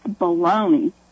baloney